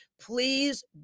please